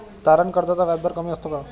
तारण कर्जाचा व्याजदर कमी असतो का?